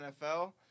NFL